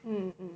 mm mm